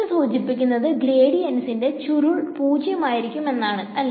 ഇത് സൂചിപ്പിക്കുന്നത് ഗ്രേഡിയെന്റിന്റെ ചുരുൾ 0 ആയിരിക്കും എന്നാണ് അല്ലേ